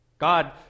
God